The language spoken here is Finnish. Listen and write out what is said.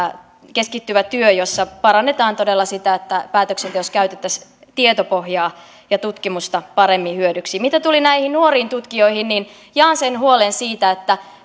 keskittyvä työ jossa parannetaan todella sitä että päätöksenteossa käytettäisiin tietopohjaa ja tutkimusta paremmin hyödyksi mitä tuli näihin nuoriin tutkijoihin niin jaan sen huolen siitä